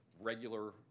regular